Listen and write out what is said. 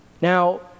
Now